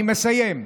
אני מסיים.